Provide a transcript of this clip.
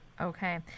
okay